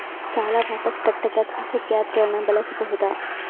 ಸಾಲ ವಾಪಸ್ ಕಟ್ಟಕ ಖಾಸಗಿ ಆ್ಯಪ್ ಗಳನ್ನ ಬಳಸಬಹದಾ?